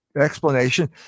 explanation